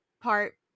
part-